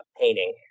painting